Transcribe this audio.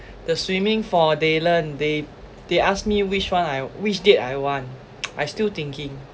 the swimming for dylan they they asked me which one I which date I want I still thinking